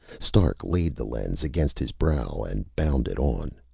stark laid the lens against his brow, and bound it on.